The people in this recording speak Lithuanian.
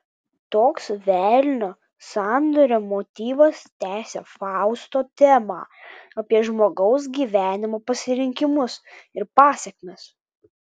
toks velnio sandorio motyvas tęsia fausto temą apie žmogaus gyvenimo pasirinkimus ir pasekmes